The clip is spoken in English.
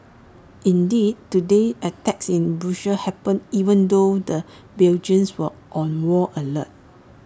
indeed today's attacks in Brussels happened even though the Belgians were on wall alert